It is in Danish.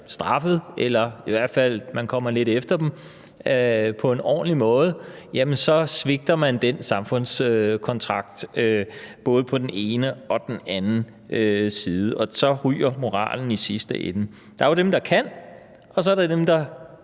man i hvert fald kommer lidt efter dem på en ordentlig måde, jamen så svigter man den samfundskontrakt både på den ene og den anden side. Og så ryger moralen i sidste ende. Der er jo dem, som ikke kan, og så er der dem, der